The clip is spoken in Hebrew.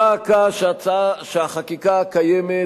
דא עקא, שהחקיקה הקיימת